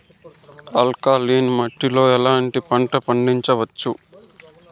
Alkaline మట్టి లో ఎట్లాంటి పంట పండించవచ్చు,?